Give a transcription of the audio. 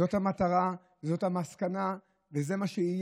זו המטרה, זו המסקנה, וזה מה שיהיה.